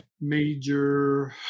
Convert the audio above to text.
major